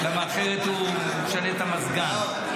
אחרת הוא משנה את המזגן.